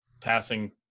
passing